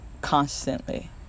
constantly